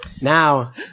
Now